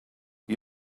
you